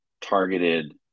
targeted